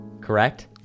correct